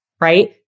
Right